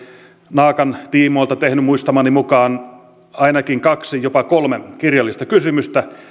naakan tiimoilta tehnyt muistamani mukaan ainakin kaksi jopa kolme kirjallista kysymystä